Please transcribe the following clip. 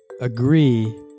agree